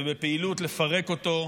ובפעילות לפרק אותו,